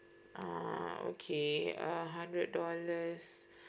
uh okay a hundred dollars